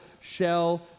shall